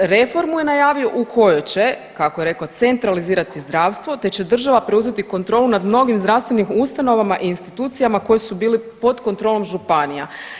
A reformu je najavio u kojoj će kako je rekao centralizirati zdravstvo te će država preuzeti kontrolu nad mnogim zdravstvenim ustanovama i institucijama koji su bili pod kontrolom županija.